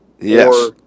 Yes